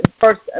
first